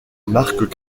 marc